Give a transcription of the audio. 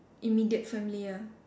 immediate family ya